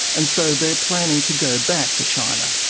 and so they're planning to go back to china.